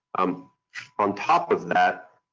um on top of that